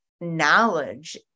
knowledge